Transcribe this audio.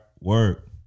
work